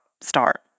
start